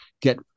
get